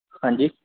ਹਾਂਜੀ